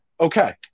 Okay